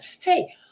Hey